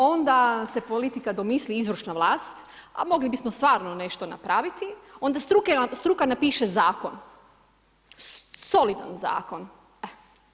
Onda se politika domisli, izvršna vlast, a mogli bismo stvarno nešto napraviti, onda struka napiše zakon, solidan zakon, evo.